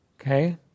Okay